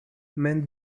mend